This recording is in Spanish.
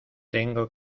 tengo